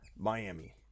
Miami